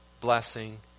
blessing